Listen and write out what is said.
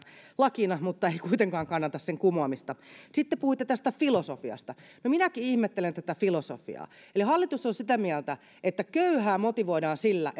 lakina mutta ei kuitenkaan kannata sen kumoamista sitten puhuitte filosofiasta no minäkin ihmettelen tätä filosofiaa eli hallitus on sitä mieltä että köyhää motivoidaan sillä